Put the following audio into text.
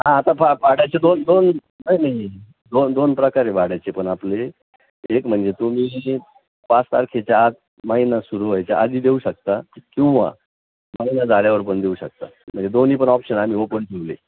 हां आता फ भाड्याचे दोन दोन नाही नाही दोन दोन प्रकार आहेत भाड्याचे पण आपले एक म्हणजे तुम्ही पाच तारखेच्या आत महिना सुरू व्हायच्या आधी देऊ शकता किंवा महिना झाल्यावर पण देऊ शकता म्हणजे दोन्ही पण ऑप्शन आम्ही ओपन ठेवले आहेत